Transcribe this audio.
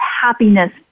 happiness